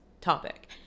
topic